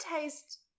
taste